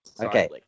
Okay